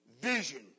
vision